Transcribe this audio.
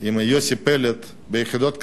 עם השר יוסי פלד ביחידות הקרביות,